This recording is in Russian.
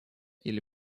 или